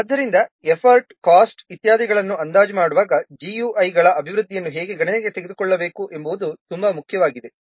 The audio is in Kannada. ಆದ್ದರಿಂದ ಎಫರ್ಟ್ ಕಾಸ್ಟ್ ಇತ್ಯಾದಿಗಳನ್ನು ಅಂದಾಜು ಮಾಡುವಾಗ GUI ಗಳ ಅಭಿವೃದ್ಧಿಯನ್ನು ಹೇಗೆ ಗಣನೆಗೆ ತೆಗೆದುಕೊಳ್ಳಬೇಕು ಎಂಬುದು ತುಂಬಾ ಮುಖ್ಯವಾಗಿದೆ